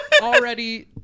already